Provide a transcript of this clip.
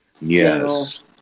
Yes